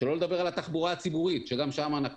שלא לדבר על התחבורה הציבורית שגם שם אנחנו